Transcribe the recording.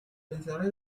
vencedores